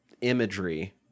imagery